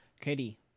Katie